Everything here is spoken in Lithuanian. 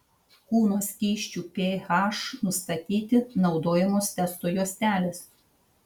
kūno skysčių ph nustatyti naudojamos testo juostelės